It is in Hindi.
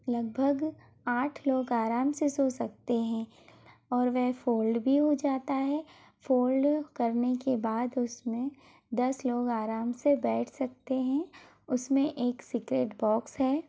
लगभग आठ लोग आराम से सो सकते हैं और वे फोल्ड भी हो जाता है फोल्ड करने के बाद उस में दस लोग आराम से बैठ सकते हैं उस में एक सिक्रेट बॉक्स है